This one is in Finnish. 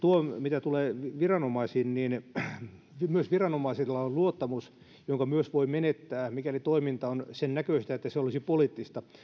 mitä tulee viranomaisiin niin myös viranomaisilla on luottamus jonka myös voi menettää mikäli toiminta on sen näköistä että se olisi poliittista